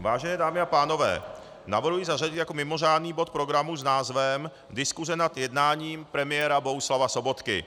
Vážené dámy a pánové, navrhuji zařadit jako mimořádný bod programu s názvem Diskuse nad jednáním premiéra Bohuslava Sobotky.